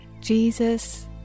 Jesus